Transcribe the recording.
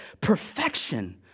perfection